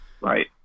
Right